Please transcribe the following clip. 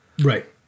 Right